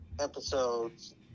episodes